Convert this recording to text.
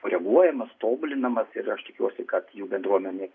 koreguojamas tobulinamas ir aš tikiuosi kad jų bendruomenė